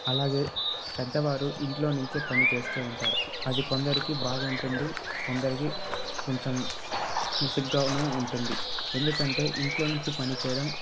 అలాగే పెద్దవారు ఇంట్లో నుంచే పని చేస్తు ఉంటారు అది కొందరికి బాగుంటుంది కొందరికి కొంచెం విసుగ్గాను ఉంటుంది ఎందుకంటే ఇంట్లో నుంచి పనిచేయడం